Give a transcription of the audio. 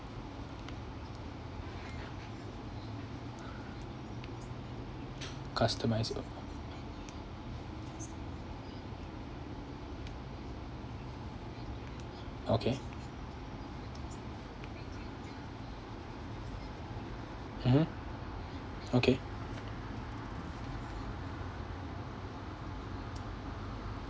customize okay mmhmm okay